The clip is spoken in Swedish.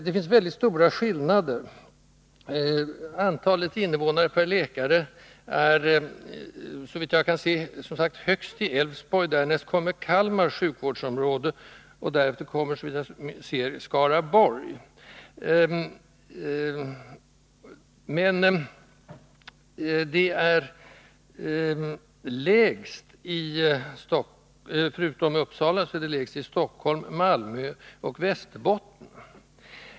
Det finns väldigt stora skillnader. Antalet invånare per läkare är, som sagt, högst i Älvsborgs sjukvårdsområde. Därnäst kommer Kalmar sjukvårdsområde, och därefter kommer, såvitt jag kan se, Skaraborg. Förutom, som sagt, i Uppsala är antalet lägst i Stockholm, Malmö och Västerbotten.